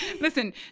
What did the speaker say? Listen